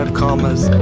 commas